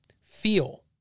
feel